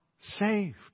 saved